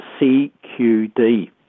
CQD